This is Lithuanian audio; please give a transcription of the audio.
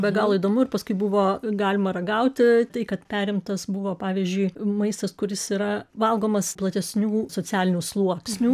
be galo įdomu ir paskui buvo galima ragauti tai kad perimtas buvo pavyzdžiui maistas kuris yra valgomas platesnių socialinių sluoksnių